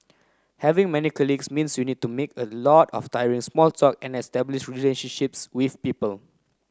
having many colleagues means you need to make a lot of tiring small talk and establish relationships with people